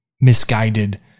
misguided